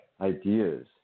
ideas